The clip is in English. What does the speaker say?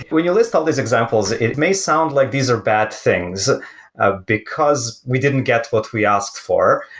when you list all these examples, it may sound like these are bad things ah because we didn't get what we asked for.